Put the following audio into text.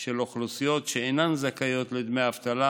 של אוכלוסיות שאינן זכאיות לדמי אבטלה,